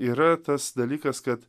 yra tas dalykas kad